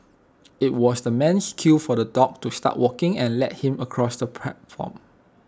IT was the man's cue for the dog to start walking and lead him across the platform